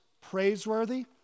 praiseworthy